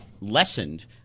lessened